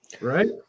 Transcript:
Right